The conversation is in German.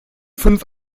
fünf